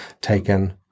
taken